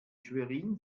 schwerin